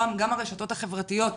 גם הרשתות החברתיות,